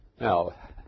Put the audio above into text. Now